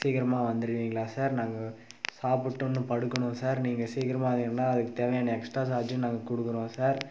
சீக்கிரமா வந்துடுவீங்களா சார் நாங்கள் சாப்பிட்டு இன்னும் படுக்கணும் சார் நீங்கள் சீக்கிரமாக வந்தீங்கன்னா அதுக்குத் தேவையான எக்ஸ்ட்டா சார்ஜும் நாங்கள் கொடுக்குறோம் சார்